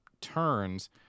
turns